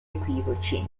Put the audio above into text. equivoci